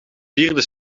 vierde